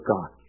God